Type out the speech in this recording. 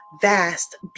vast